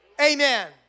amen